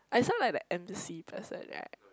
I sound like that embassy person [right]